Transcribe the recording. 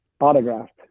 autographed